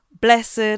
blessed